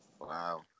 Wow